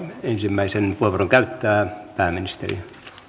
ensimmäisen puheenvuoron käyttää pääministeri